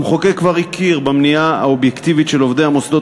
המחוקק כבר הכיר במניעה האובייקטיבית של עובדי המוסדות